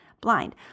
blind